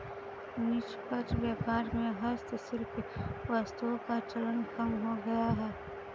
निष्पक्ष व्यापार में हस्तशिल्प वस्तुओं का चलन कम हो गया है